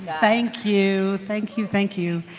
thank you. thank you, thank you.